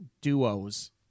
duos